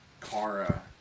Kara